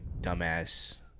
dumbass